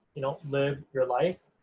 you know, live your life,